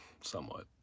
Somewhat